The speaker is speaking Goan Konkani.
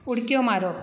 उडक्यो मारप